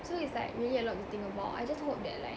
so it's like really a lot of to think about I just hope that like